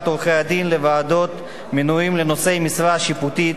עורכי-הדין לוועדות מינויים לנושאי משרה שיפוטית,